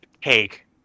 cake